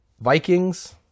Vikings